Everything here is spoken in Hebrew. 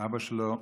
ואבא שלו,